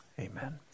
Amen